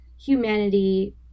humanity